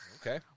Okay